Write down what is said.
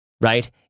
right